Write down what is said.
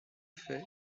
fait